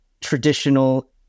traditional